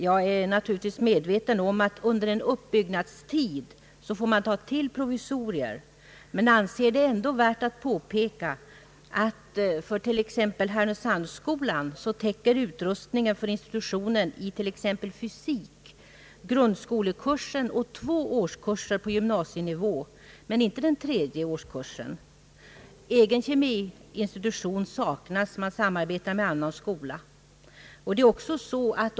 Jag är naturligtvis medveten om att man under en uppbyggnadstid får ta till provisorier, men jag anser det ändå värt att påpeka att utrustningen på institutionen för fysik vid t.ex. Härnösandsskolan täcker grundskolekursen och tvåårskursen på gymnasienivå men inte den tredje årskursen. Egen kemiinstitution saknas. Skolan samarbetar i detta fall med annan skola.